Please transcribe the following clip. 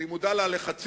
אני מודע ללחצים,